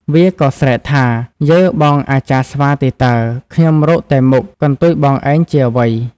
វាក៏ស្រែកថា៖ "យើបងអាចារ្យស្វាទេតើ! ខ្ញុំរកតែមុខ... កន្ទុយបងឯងជាអ្វី?